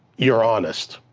you're honest,